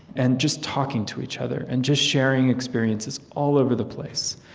and just talking to each other, and just sharing experiences all over the place.